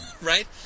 Right